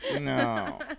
No